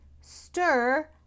stir